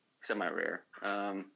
semi-rare